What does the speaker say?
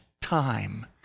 time